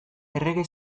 errege